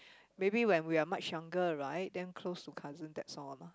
maybe when we're much younger right then close to cousin that's all lah